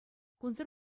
кунсӑр